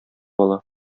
ала